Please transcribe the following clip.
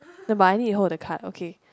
but I need to hold the card okay